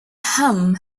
ham